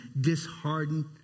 disheartened